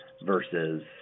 versus